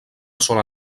sola